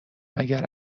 مگر